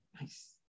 nice